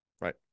Right